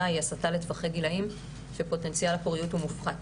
היא הסטה לטווחי גילאים שפוטנציאל הפוריות הוא מופחת.